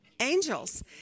Angels